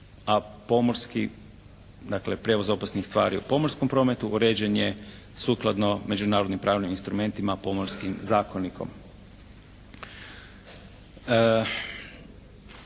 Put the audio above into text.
a pomorski dakle prijevoz opasnih tvari u pomorskom prometu uređen je sukladno međunarodnim pravnim instrumentima Pomorskim zakonikom.